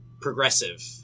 progressive